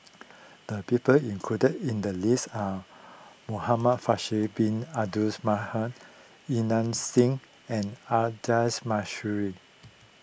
the people included in the list are Muhamad Faisal Bin Abduls Singh and Audra